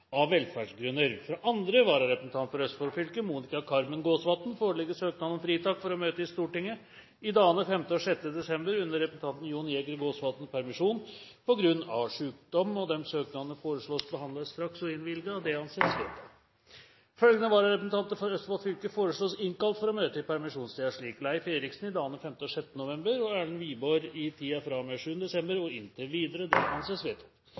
av velferdsgrunner. Fra andre vararepresentant for Østfold fylke, Monica Carmen Gåsvatn foreligger søknad om fritak for å møte i Stortinget i dagene 5. og 6. desember under representanten Jon Jæger Gåsvatns permisjon, på grunn av sykdom. Etter forslag fra presidenten ble enstemmig besluttet: Søknadene behandles straks og innvilges. Følgende vararepresentanter innkalles for å møte i permisjonstiden: For Østfold fylke: Leif Willy Eriksen i dagene 5. og 6. desember og Erlend Wiborg i tiden fra og med 7. desember og inntil videre